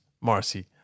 Marcy